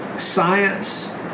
science